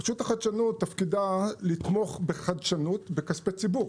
רשות החדשנות תפקידה לתמוך בחדשנות בכספי ציבור,